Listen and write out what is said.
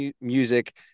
music